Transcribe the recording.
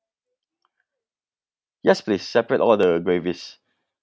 yes please separate all the gravies